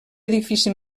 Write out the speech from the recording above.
edifici